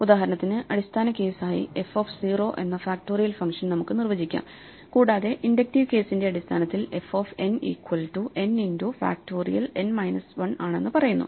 ഉദാഹരണത്തിന് അടിസ്ഥാന കേസ് ആയി എഫ് ഓഫ് 0 എന്ന ഫാക്റ്റോറിയൽ ഫംഗ്ഷൻ നമുക്ക് നിർവചിക്കാം കൂടാതെ ഇൻഡക്റ്റീവ് കേസിന്റെ അടിസ്ഥാനത്തിൽ F of n equal to n into factorial n minus 1 ആണെന്ന് പറയുന്നു